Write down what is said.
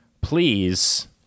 please